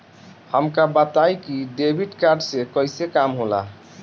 हमका बताई कि डेबिट कार्ड से कईसे काम होला?